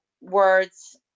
words